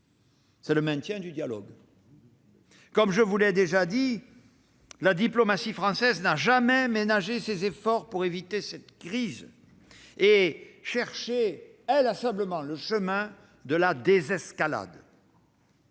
c'est le maintien du dialogue. Comme je vous l'ai déjà dit, la diplomatie française n'a jamais ménagé ses efforts pour éviter cette crise et chercher inlassablement le chemin de la désescalade.